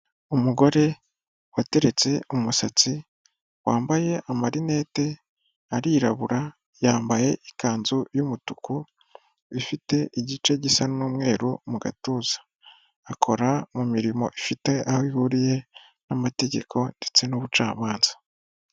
Umugore wateretse umusatsi wambaye amarinete arirabura yambaye ikanzu y'umutuku ifite igice gisa n'umweru mu gatuza, akora mu mirimo ifite aho ihuriye n'amategeko ndetse n'ubucamanza.